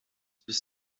bis